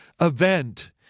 event